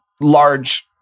large